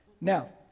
Now